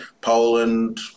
Poland